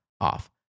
off